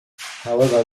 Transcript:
however